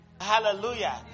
Hallelujah